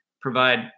provide